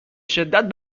شدت